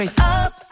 up